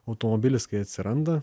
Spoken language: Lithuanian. automobilis kai atsiranda